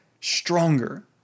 stronger